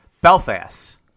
Belfast